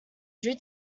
due